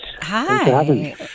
Hi